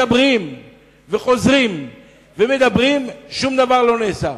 מדברים וחוזרים ומדברים, אבל שום דבר לא נעשה.